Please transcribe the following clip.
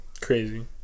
Crazy